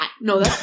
No